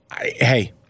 Hey